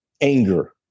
anger